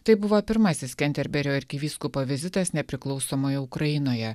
tai buvo pirmasis kenterberio arkivyskupo vizitas nepriklausomoje ukrainoje